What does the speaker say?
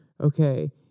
Okay